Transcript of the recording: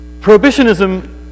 Prohibitionism